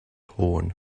hohn